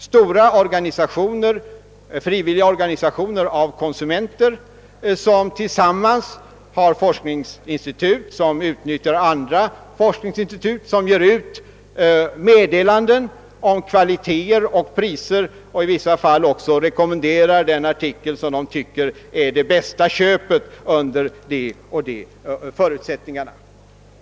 Det är stora frivilliga organisationer av konsumenter, som har forskningsinstitut eller utnyttjar andra forskningsinstitut, som ger ut meddelanden om kvaliteter och priser och som i vissa fall också rekommenderar den artikel som de tycker är det bästa köpet under angivna förutsättningar.